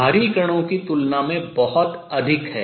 भारी कणों की तुलना में बहुत अधिक है